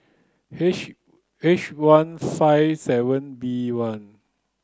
H H one five seven B one